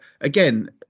again